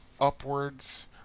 upwards